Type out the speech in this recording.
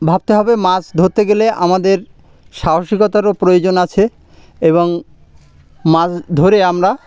ভাবতে হবে মাছ ধরতে গেলে আমাদের সাহসিকতারও প্রয়োজন আছে এবং মাছ ধরে আমরা